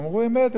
הם אמרו אמת,